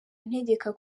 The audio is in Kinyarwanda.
antegeka